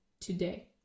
today